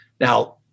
Now